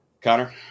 Connor